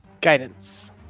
Guidance